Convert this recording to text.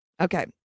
Okay